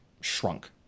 shrunk